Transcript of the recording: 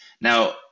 Now